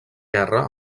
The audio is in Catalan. guerra